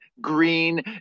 green